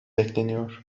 bekleniyor